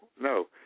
no